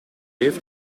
heeft